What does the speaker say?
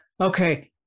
Okay